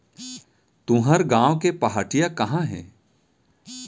तुंहर गॉँव के पहाटिया कहॉं हे?